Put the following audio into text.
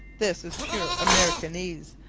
this is pure americanese,